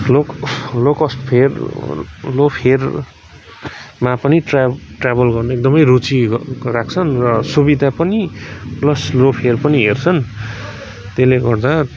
लो low cost fare low फेयरमा पनि ट्र्या ट्र्याभल गर्न एकदमै रुचि राख्छन् र सुविधा पनि प्लस लो फेयर पनि हेर्छन् त्यसले गर्दा